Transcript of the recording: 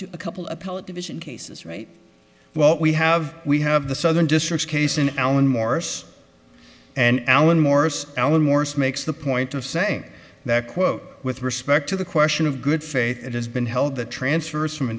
to a couple appellate division cases right well we have we have the southern district case in alan morse and alan morse alan morse makes the point of saying that quote with respect to the question of good faith it has been held that transfers from